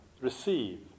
receive